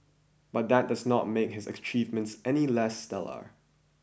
but that does not make his achievements any less stellar